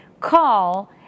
call